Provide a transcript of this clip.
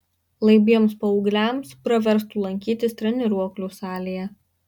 laibiems paaugliams praverstų lankytis treniruoklių salėje